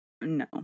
no